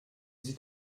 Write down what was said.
sieht